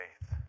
faith